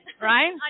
right